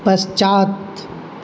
पश्चात्